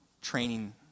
training